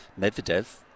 Medvedev